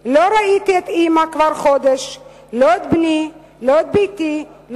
/ לא ראיתי את אמא כבר חודש / לא את בני לא את ביתי לא